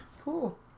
Cool